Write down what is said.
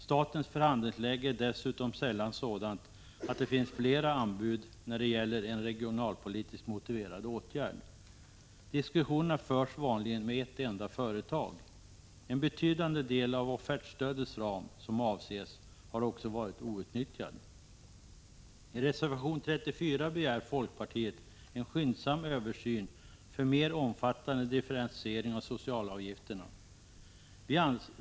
Statens förhandlingsläge är dessutom sällan sådant att det finns flera anbud när det gäller en regionalpolitiskt motiverad åtgärd. Diskussionerna förs vanligen med ett enda företag. En betydande del av offertstödets ram, som avses, har också varit outnyttjad. I reservation 34 begär folkpartiet en skyndsam översyn för mer omfattande differentiering av socialavgifterna.